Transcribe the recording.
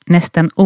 Nästan